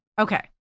Okay